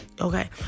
okay